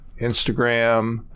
Instagram